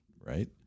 right